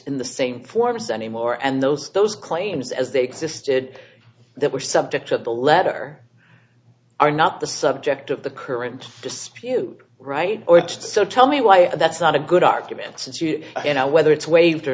in the same force anymore and those those claims as they existed they were subject to the letter are not the subject of the current dispute right so tell me why that's not a good argument since you you know whether it's waiter or